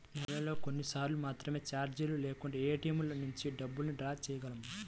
నెలలో కొన్నిసార్లు మాత్రమే చార్జీలు లేకుండా ఏటీఎంల నుంచి డబ్బుల్ని డ్రా చేయగలం